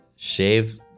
Shave